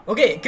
Okay